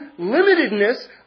limitedness